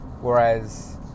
Whereas